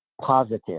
positive